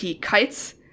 Kites